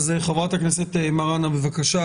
חברת הכנסת מראענה, בבקשה.